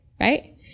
right